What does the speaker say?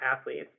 athletes